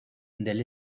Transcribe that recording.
del